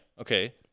Okay